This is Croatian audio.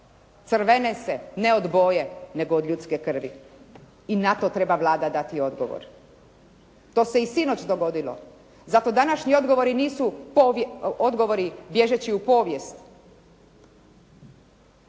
Crvene se ne od boje nego od ljudske krvi. I na to treba Vlada dati odgovor. To se i sinoć dogodilo. Zato današnji odgovori nisu odgovori bježeći u povijest.